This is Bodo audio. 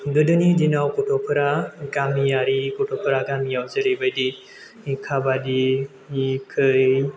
गोदोनि दिनाव गथ'फोरा गामियारि गथ'फोरा गामियाव जेरैबायदि काबाडि खै